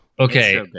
Okay